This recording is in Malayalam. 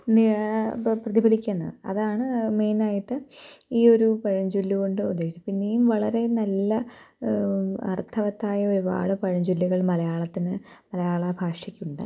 നി ഇപ്പോൾ പ്രതിഫലിക്കുന്നത് അതാണ് മെയ്നായിട്ട് ഈ ഒരു പഴഞ്ചൊല്ലു കൊണ്ട് ഉദ്ദേശിക്കുന്നത് പിന്നെയും വളരെ നല്ല അര്ത്ഥവത്തായ ഒരുപാട് പഴഞ്ചൊല്ലുകള് മലയാളത്തിന് മലയാള ഭാഷയ്ക്കുണ്ട്